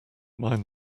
mind